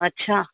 अच्छा